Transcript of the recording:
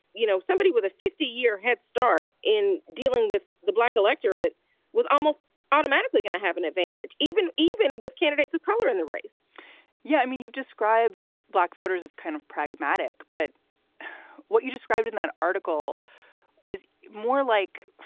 you know, somebody with a fifty year headstart in dealing with the black electorate was almost automatically going to have an advantage, even even with candidates of color in the race yeah. i mean, you've described black voters as kind of pragmatic. but what you described in that article was more like